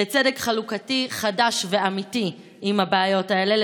לצדק חלוקתי חדש ואמיתי בבעיות האלה,